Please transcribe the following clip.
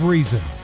Reason